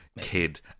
Kid